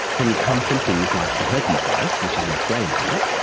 can come from things like the herpes virus, which is what graham has,